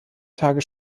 tage